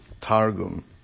Targum